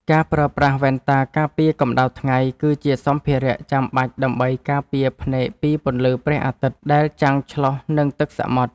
ការប្រើប្រាស់វ៉ែនតាការពារកម្ដៅថ្ងៃ គឺជាសម្ភារៈចាំបាច់ដើម្បីការពារភ្នែកពីពន្លឺព្រះអាទិត្យដែលចាំងឆ្លុះនឹងទឹកសមុទ្រ។